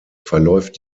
verläuft